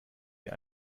wir